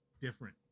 different